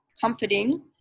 comforting